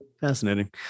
fascinating